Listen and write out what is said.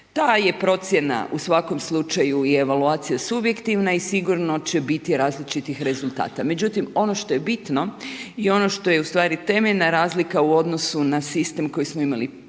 ta je procjena u svakom slučaju i evaluacija subjektivna i sigurno će biti različitih rezultata. Međutim, ono što je bitno, i ono što je ustvari temeljna razlika u odnosu na sistem koji smo imali do